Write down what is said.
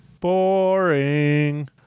Boring